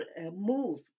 move